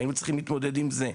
היינו צריכים להתמודד עם זה.